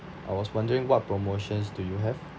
I was wondering what promotions do you have